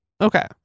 Okay